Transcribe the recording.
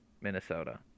Minnesota